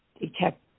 detect